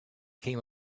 came